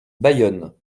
bayonne